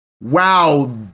Wow